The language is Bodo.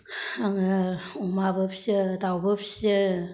आङो अमाबो फिसियो दाउबो फिसियो